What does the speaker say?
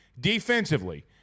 defensively